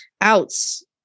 outs